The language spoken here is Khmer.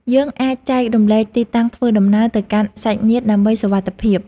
យើងអាចចែករំលែកទីតាំងធ្វើដំណើរទៅកាន់សាច់ញាតិដើម្បីសុវត្ថិភាព។